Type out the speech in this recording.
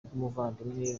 bw’umuvandimwe